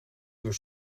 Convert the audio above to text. uur